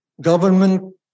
Government